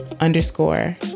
underscore